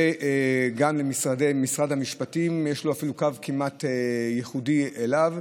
ואפילו למשרד המשפטים יש קו כמעט ייחודי אליו.